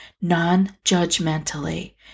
non-judgmentally